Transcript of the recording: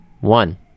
one